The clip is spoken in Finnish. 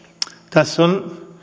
tässä on